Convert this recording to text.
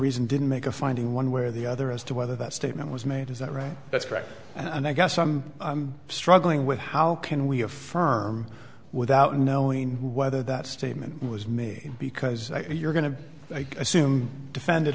reason didn't make a finding one way or the other as to whether that statement was made is that right that's correct and i guess i'm struggling with how can we affirm without knowing whether that statement was made because you're going to assume defend